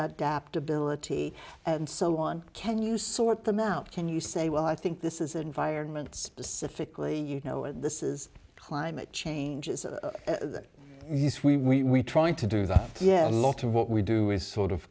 adaptability and so on can you sort them out can you say well i think this is an environment specifically you know and this is climate change is that yes we are trying to do that yeah a lot of what we do is sort of